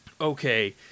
okay